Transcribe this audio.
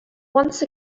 once